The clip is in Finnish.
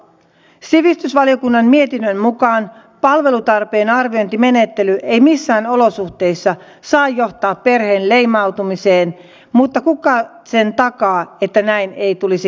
sivistysvaliokunnan mietinnön mukaan palvelutarpeen arviointimenettely ei missään olosuhteissa saa johtaa perheen leimautumiseen mutta kuka sen takaa että näin ei tulisi käymään